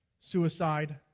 suicide